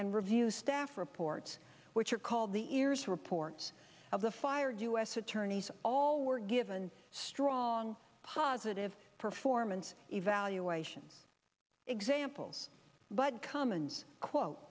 and review staff report which are called the ears report of the fired u s attorneys all were given strong positive performance evaluations examples but cummins quote